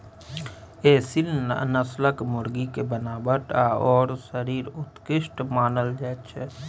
एसील नस्लक मुर्गीक बनावट आओर शरीर उत्कृष्ट मानल जाइत छै